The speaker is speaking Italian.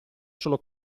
solo